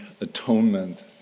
atonement